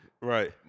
Right